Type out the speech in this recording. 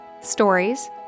stories